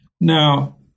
Now